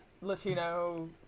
Latino